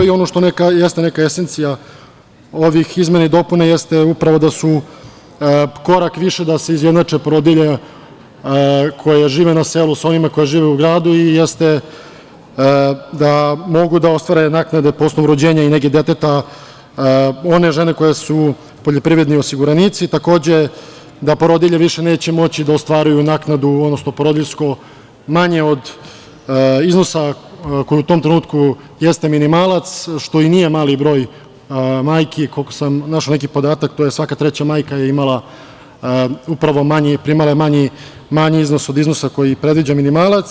Ono što jeste neka esencija ovih izmena i dopuna jeste upravo da su korak više da se izjednače porodilje koje žive na selu sa onima koje žive u gradu i da mogu da ostvare naknade po osnovu rođenja i nege deteta one žene koje su poljoprivredni osiguranici, takođe da porodilje neće moći da ostvaruju naknadu, odnosno porodiljsko, manje od iznosa koji u tom trenutku jeste minimalac, što i nije mali broj majki, koliko sam našao podatak, svaka treća majka je primala manji iznos od iznosa koji je predviđa minimalac.